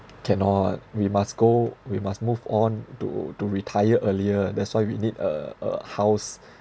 cannot we must go we must move on to to retire earlier that's why we need a a house